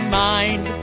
mind